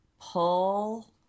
pull